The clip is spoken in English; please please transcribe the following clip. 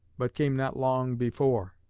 but came not long before.